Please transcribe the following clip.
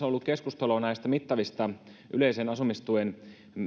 ollut keskustelua näistä mittavista yleisen asumistuen